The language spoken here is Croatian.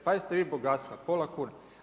Pazite vi bogatstva pola kune.